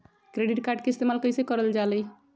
Credit card के इस्तेमाल कईसे करल जा लई?